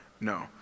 No